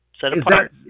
Set-apart